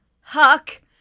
Huck